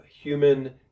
human